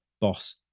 boss